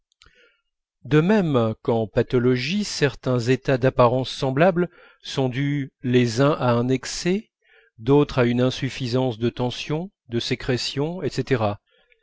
de même qu'en pathologie certains états d'apparence semblable sont dus les uns à un excès d'autres à une insuffisance de tension de sécrétion etc